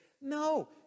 No